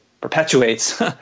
perpetuates